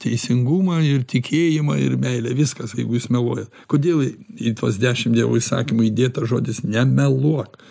teisingumą ir tikėjimą ir meilę viskas jeigu jūs meluoja kodėl į tuos dešim dievo įsakymų įdėtas žodis nemeluok